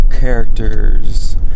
Characters